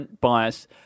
bias